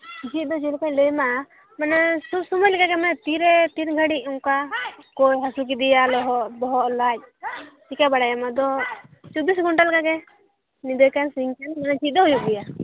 ᱡᱷᱤᱡ ᱫᱚ ᱪᱮᱫ ᱞᱮᱠᱟᱧ ᱞᱟᱹᱭᱟᱢᱟ ᱢᱟᱱᱮ ᱥᱚᱵ ᱥᱚᱢᱚᱭ ᱞᱮᱠᱟᱜᱮ ᱛᱤᱨᱮ ᱛᱤᱱ ᱜᱷᱟᱹᱲᱤᱡ ᱚᱱᱠᱟ ᱚᱠᱚᱭ ᱦᱟᱥᱩ ᱠᱮᱫᱮᱭᱟ ᱵᱚᱦᱚᱜ ᱞᱟᱡ ᱪᱤᱠᱟᱹ ᱵᱟᱲᱟᱭᱟᱢ ᱟᱫᱚ ᱪᱚᱵᱵᱤᱥ ᱜᱷᱚᱱᱴᱟ ᱞᱮᱠᱟᱜᱮ ᱧᱤᱫᱟᱹ ᱠᱟᱱ ᱥᱤᱧ ᱠᱟᱱ ᱢᱟᱱᱮ ᱡᱷᱤᱡ ᱫᱚ ᱦᱩᱭᱩᱜ ᱜᱮᱭᱟ